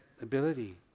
ability